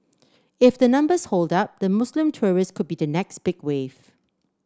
if the numbers hold up the Muslim tourist could be the next big wave